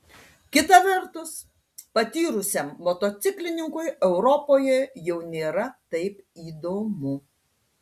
kita vertus patyrusiam motociklininkui europoje jau nėra taip įdomu